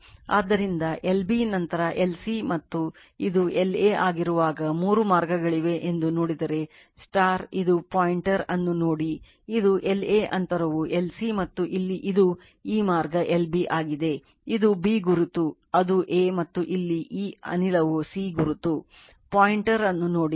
ಆದ್ದರಿಂದ LB ನಂತರ LC ಮತ್ತು ಇದು LA ಆಗಿರುವಾಗ ಮೂರು ಮಾರ್ಗಗಳಿವೆ ಎಂದು ನೋಡಿದರೆ ಇದು ಪಾಯಿಂಟರ್ ಅನ್ನು ನೋಡಿ ಇದು LA ಅಂತರವು LC ಮತ್ತು ಇಲ್ಲಿ ಇದು ಈ ಮಾರ್ಗ LB ಆಗಿದೆ ಇದು B ಗುರುತು ಅದು A ಮತ್ತು ಇಲ್ಲಿ ಈ ಅನಿಲವು C ಗುರುತು ಪಾಯಿಂಟರ್ ಅನ್ನು ನೋಡಿ